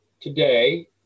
today